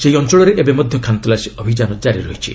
ସେହି ଅଞ୍ଚଳରେ ଏବେ ମଧ୍ୟ ଖାନ୍ତଲାସୀ ଅଭିଯାନ ଜାରି ରହିଛି